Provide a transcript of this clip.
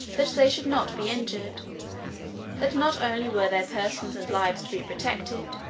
that they should not be injured that not only were their persons and lives to be protected,